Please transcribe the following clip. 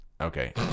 Okay